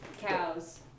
Cows